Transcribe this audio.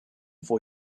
for